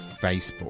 Facebook